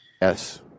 Yes